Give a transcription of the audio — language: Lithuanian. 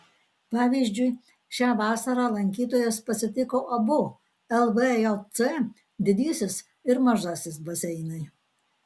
pavyzdžiui šią vasarą lankytojus pasitiko abu lvjc didysis ir mažasis baseinai